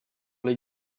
les